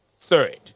Third